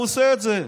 הוא עושה את זה,